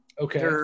okay